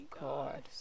God